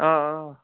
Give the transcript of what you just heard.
آ آ